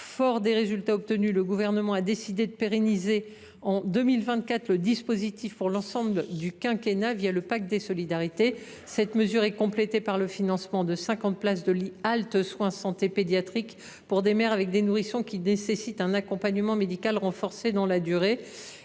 Fort des résultats obtenus, le Gouvernement a décidé de pérenniser le dispositif, en 2024, pour l’ensemble du quinquennat, le Pacte des solidarités. Cette mesure est complétée par le financement de 50 places de Lits halte soins santé pédiatriques pour des mères dont les nourrissions nécessitent un accompagnement médical renforcé dans la durée.